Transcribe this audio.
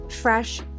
fresh